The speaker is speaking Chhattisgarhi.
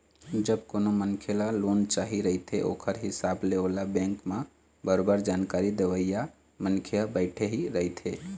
जब कोनो मनखे ल लोन चाही रहिथे ओखर हिसाब ले ओला बेंक म बरोबर जानकारी देवइया मनखे ह बइठे ही रहिथे